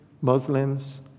Muslims